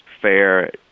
fair